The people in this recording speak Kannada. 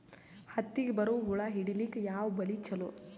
ಹತ್ತಿಗ ಬರುವ ಹುಳ ಹಿಡೀಲಿಕ ಯಾವ ಬಲಿ ಚಲೋ?